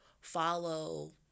follow